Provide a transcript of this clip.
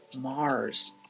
Mars